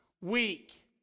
weak